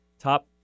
top